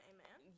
Amen